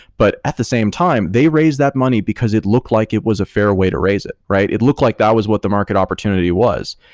but at the same time they raised that money because it look like it was a fair way to raise it, right? it looked like that was what the market opportunity was.